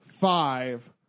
five